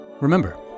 remember